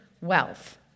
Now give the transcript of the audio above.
wealth